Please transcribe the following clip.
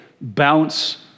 bounce